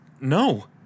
No